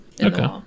Okay